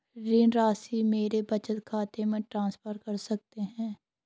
ऋण राशि मेरे बचत खाते में ट्रांसफर कर सकते हैं?